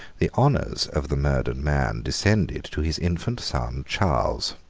the honours of the murdered man descended to his infant son charles.